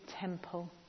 temple